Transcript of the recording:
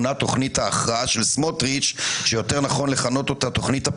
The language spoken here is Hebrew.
החוק שאומרת שאנחנו נמנה את יו"ר ועדת